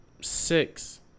six